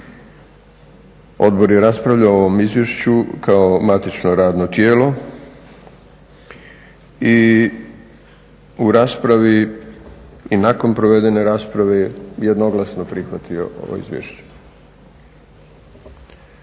Odbor je raspravljao o ovom izvješću kao matično radno tijelo i u raspravi i nakon provedene rasprave jednoglasno prihvatio ovo izvješće.